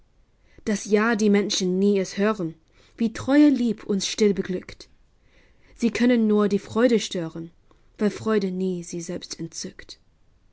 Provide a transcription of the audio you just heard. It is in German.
daß ja die menschen nie es hören wie treue lieb uns still beglückt sie können nur die freude stören weil freude nie sie selbst entzückt